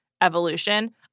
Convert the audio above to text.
evolution